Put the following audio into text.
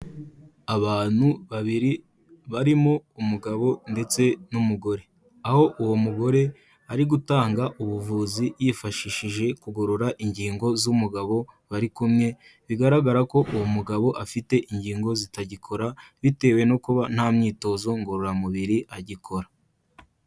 Abantu babiri barimo umugabo ndetse n'umugore, aho uwo mugore ari gutanga ubuvuzi yifashishije kugorora ingingo z'umugabo bari kumwe, bigaragara ko uwo mugabo afite ingingo zitagikora, bitewe no kuba nta myitozo ngororamubiri agikora.